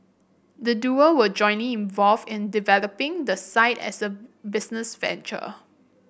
the duo were jointly involved in developing the site as a business venture